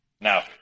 Now